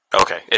Okay